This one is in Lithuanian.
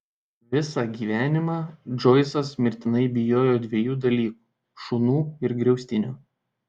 visą gyvenimą džoisas mirtinai bijojo dviejų dalykų šunų ir griaustinio